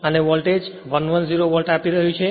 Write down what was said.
અને આ voltage 110 volt આપી રહ્યું છે